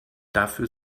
dafür